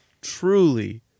truly